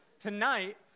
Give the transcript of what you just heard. tonight